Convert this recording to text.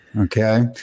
Okay